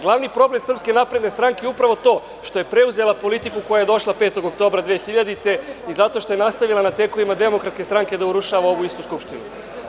Glavni problem SNS je upravo to što je preuzela politiku koja je došla 5. oktobra 2000. godine i zato što je nastavila na tekovinama demokratske stranke da urušava ovu istu Skupštinu.